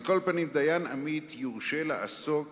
על כל פנים, דיין עמית יורשה לעסוק